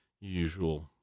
usual